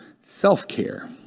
Self-care